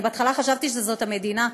בהתחלה חשבתי שזאת המדינה,